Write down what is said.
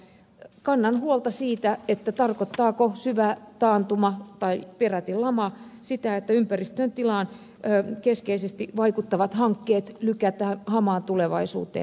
kannan huolta siitä tarkoittaako syvä taantuma tai peräti lama sitä että ympäristön tilaan keskeisesti vaikuttavat hankkeet lykätään hamaan tulevaisuuteen